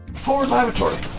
forward lavatory.